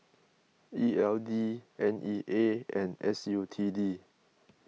E L D N E A and S U T D